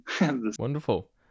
Wonderful